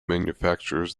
manufactures